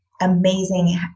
amazing